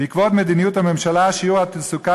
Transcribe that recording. בעקבות מדיניות הממשלה שיעור התעסוקה